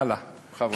הלאה, בכבוד.